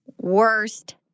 worst